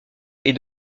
est